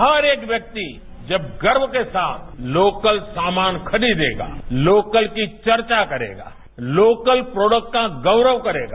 हर एक व्यक्ति जब गर्व के साथ लोकल सामान खरीदेगा लोकल की चर्चा करेगा लोकल प्रोडक्टक का गौरव करेगा